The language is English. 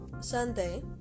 Sunday